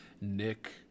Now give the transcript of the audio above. Nick